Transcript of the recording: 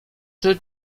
czy